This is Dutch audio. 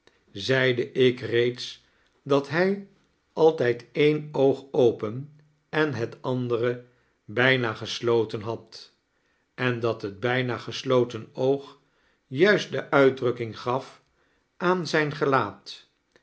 zeide ik reeds dat hij altijd een oog open en het andere bijna geslotein had en dat het bijna gesloten oog jxiist de uitdrukking gaf aan zijn gelaat